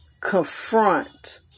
confront